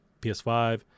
PS5